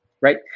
right